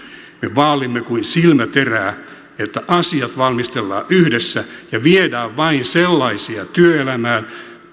vaalimme kuin silmäterää että asiat valmistellaan yhdessä ja viedään vain sellaisia työelämään